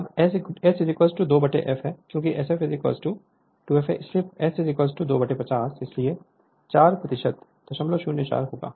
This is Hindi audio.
अब S 2 f है क्योंकि Sf 2 इसलिए S 250 इसलिए 4 004 होगा